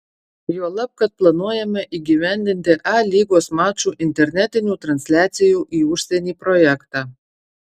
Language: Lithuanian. juolab kad planuojame įgyvendinti a lygos mačų internetinių transliacijų į užsienį projektą